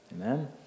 Amen